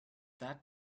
that